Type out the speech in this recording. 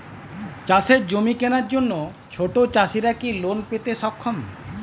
চাষের জমি কেনার জন্য ছোট চাষীরা কি লোন পেতে সক্ষম?